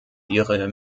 ihre